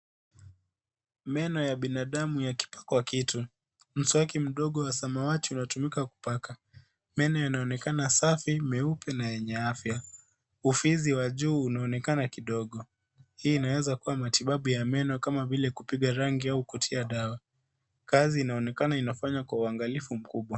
Meno ya binadamu yakipakwa kitu . Mswaki mdogo wa samawati unatumika kupaka. Meno yanaonekana safi, meupe na yenye afya. Ufizi wa juu unaonekana kidogo. Hii inaweza kuwa matibabu ya meno kama vile kupiga rangi au kutia dawa. Kazi inaonekana inafanywa kwa uangalifu mkubwa.